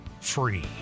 free